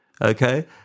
Okay